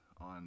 on